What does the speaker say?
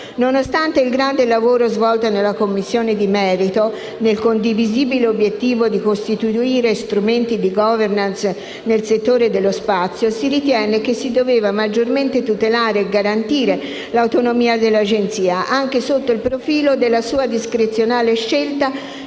Nonostante il grande lavoro svolto nella Commissione di merito, nel condivisibile obiettivo di costituire strumenti di *governance* nel settore dello spazio, si ritiene che si sarebbe dovuto maggiormente tutelare e garantire l'autonomia dell'Agenzia, anche sotto il profilo della sua discrezionale scelta